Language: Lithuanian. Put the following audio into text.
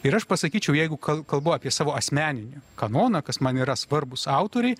ir aš pasakyčiau jeigu kal kalbu apie savo asmeninį kanoną kas man yra svarbūs autoriai